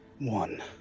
One